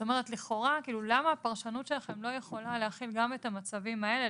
למה הפרשנות שלכם לא יכולה להכיל גם את המצבים האלה,